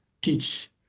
teach